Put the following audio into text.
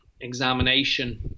examination